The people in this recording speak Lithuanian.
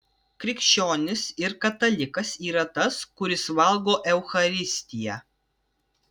krikščionis ir katalikas yra tas kuris valgo eucharistiją